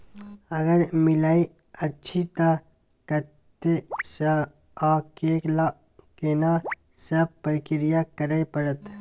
अगर मिलय अछि त कत्ते स आ केना सब प्रक्रिया करय परत?